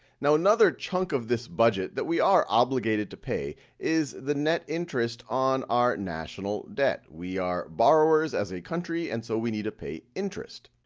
now another chunk of this budget that we are obligated to pay is the net interest on our national debt. we are borrowers as a country and so we need to pay interest.